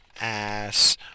Ass